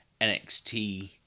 NXT